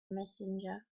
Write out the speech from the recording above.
messenger